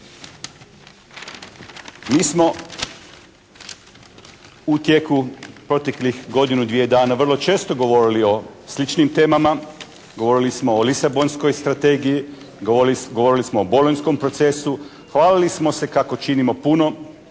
Mi smo u tijeku proteklih godinu, dvije dana vrlo često govorili o sličnim temama, govorili smo o Lisabonskoj strategiji, govorili smo o Bolonjskom procesu, hvalili smo se kako činimo puno